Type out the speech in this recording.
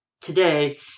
today